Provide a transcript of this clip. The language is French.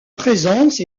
présence